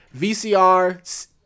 VCR